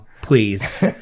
Please